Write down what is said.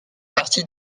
partie